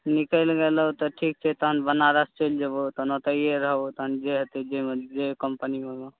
निकलि गेलौ तऽ ठीक छै तहन बनारस चलि जेबौ तहन ओतहिए रहबौ तहन जे हेतै ओतहिए जे कम्पनीमे एगो